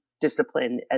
discipline